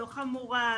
לא חמורה,